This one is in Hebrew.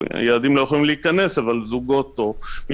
ילדים לא יכולים להיכנס אבל זוגות ואחרים,